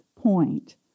point